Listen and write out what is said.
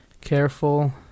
careful